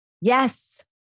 Yes